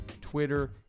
Twitter